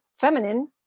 feminine